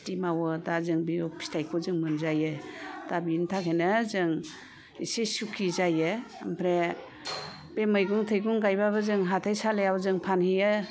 खेथि मावो दा जों बे फिथायखौ जों मोनजायो दा बिनि थाखायनो जों एसे सुखि जायो आमफ्राय बे मैगं थायगं गायबाबो जों हाथायसालियाव जों फानहैयो